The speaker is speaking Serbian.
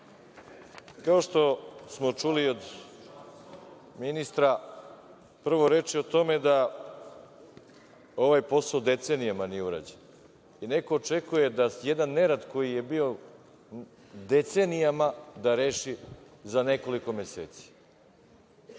što smo čuli i od ministra, prvo reč je o tome da ovaj posao decenijama nije urađen i neko očekuje da jedan nerad koji je bio decenijama, da reši za nekoliko meseci.